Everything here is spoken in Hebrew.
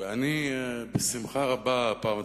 ואני בשמחה רבה הפעם,